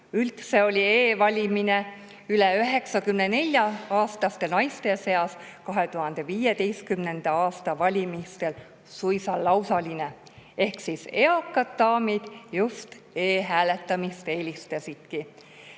Üldse oli e‑valimine üle 94‑aastaste naiste seas 2015. aasta valimistel suisa lausaline ehk eakad daamid just e‑hääletamist eelistasidki.